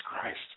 Christ